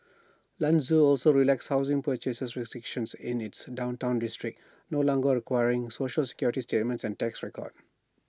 Lanzhou also relaxed housing purchase restrictions in its downtown districts no longer requiring Social Security statement and tax records